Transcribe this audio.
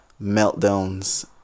meltdowns